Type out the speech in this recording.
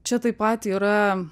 čia taip pat yra